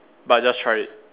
but just try it